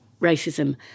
racism